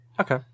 okay